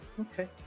okay